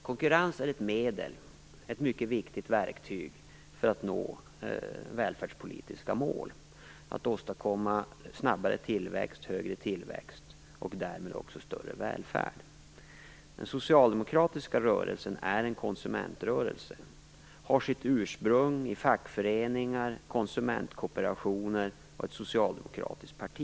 Konkurrens är ett medel, ett mycket viktigt verktyg, för att nå välfärdspolitiska mål - att åstadkomma snabbare och högre tillväxt och därmed också större välfärd. Den socialdemokratiska rörelsen är en konsumentrörelse. Den har sitt ursprung i fackföreningar, konsumentkooperationer och ett socialdemokratiskt parti.